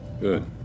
Good